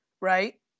right